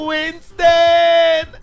Winston